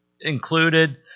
included